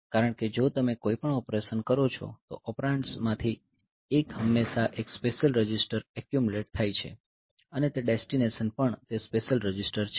કારણ કે જો તમે કોઈ પણ ઑપરેશન કરો છો તો ઑપરેન્ડ્સ માંથી એક હંમેશા એક સ્પેશિયલ રજિસ્ટર એક્યુમલેટ થાય છે અને તે ડેસ્ટિનેશન પણ તે સ્પેશિયલ રજિસ્ટર છે